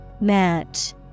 Match